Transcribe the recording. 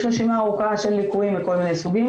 יש רשימה ארוכה של ליקויים מכל מיני סוגים.